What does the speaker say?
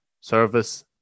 Service